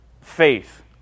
faith